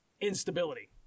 instability